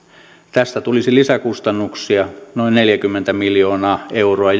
tästä tulisi lisäkustannuksia noin neljäkymmentä miljoonaa euroa